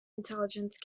intelligence